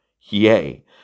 Yea